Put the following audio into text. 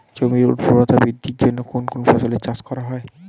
জমির উর্বরতা বৃদ্ধির জন্য কোন ফসলের চাষ করা হয়?